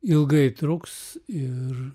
ilgai truks ir